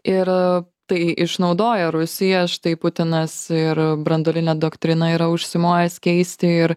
ir tai išnaudoja rusija štai putinas ir branduolinę doktriną yra užsimojęs keisti ir